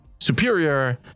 superior